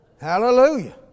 Hallelujah